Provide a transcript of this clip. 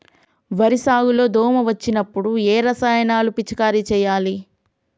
వరి సాగు లో దోమ వచ్చినప్పుడు ఏ రసాయనాలు పిచికారీ చేయాలి?